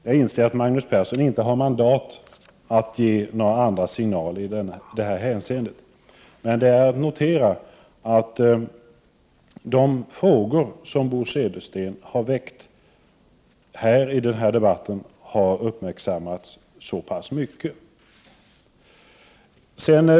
Jag inser att Magnus Persson inte har mandat att ge några andra signaler i detta hänseende. Jag noterar emellertid att de frågor som Bo Södersten har väckt i denna debatt har uppmärksammats så pass mycket.